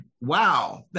Wow